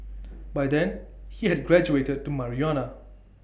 by then he had graduated to marijuana